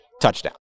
TOUCHDOWN